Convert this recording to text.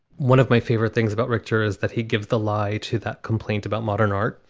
one of my favorite things about rechter is that he gives the lie to that complaint about modern art.